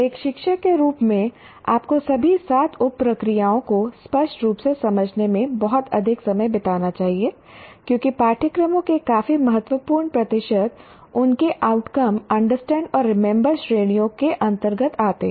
एक शिक्षक के रूप में आपको सभी सात उप प्रक्रियाओं को स्पष्ट रूप से समझने में बहुत अधिक समय बिताना चाहिए क्योंकि पाठ्यक्रमों के काफी महत्वपूर्ण प्रतिशत उनके आउटकम अंडरस्टैंड और रिमेंबर श्रेणियों के अंतर्गत आते हैं